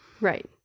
Right